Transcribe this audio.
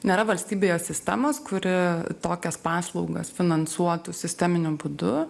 nėra valstybėje sistemos kuri tokias paslaugas finansuotų sisteminiu būdu